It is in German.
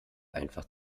einfach